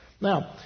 Now